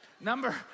Number